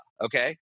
okay